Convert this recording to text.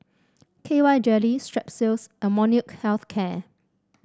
K Y Jelly Strepsils and Molnylcke Health Care